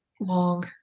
long